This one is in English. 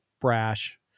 Brash